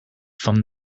from